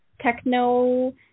techno